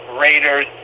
Raiders